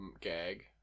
gag